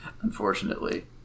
Unfortunately